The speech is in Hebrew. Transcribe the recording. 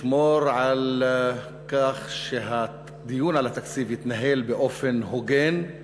לשמור על כך שהדיון על התקציב יתנהל באופן הוגן,